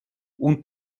und